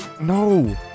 No